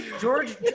George